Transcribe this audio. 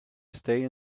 stay